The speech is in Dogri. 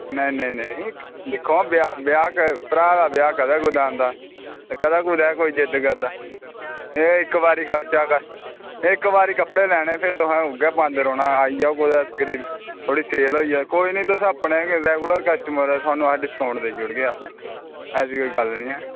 नेईं नेईं दिक्खो आं भ्रा दा ब्याह् कदें कुदै आंदा ते कदें कुदै कोई जिद्द करदा ते इक्क बारी खर्चे दा होऐ ते इक्क बारी तुसें कपड़े लैनै ते फिर तुसें उऐ पामदे रौह्ना आई जाओ फिर गरीब दी सेल होई जाओ कोई गल्ल निं तुस अपने गै रैगुलर कस्टमर ओ थोह्ड़ा डिस्काऊंट देई ओड़गे तुसें गी अस ऐसी कोई गल्ल निं ऐ